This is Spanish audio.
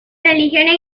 religiones